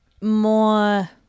more